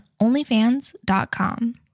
OnlyFans.com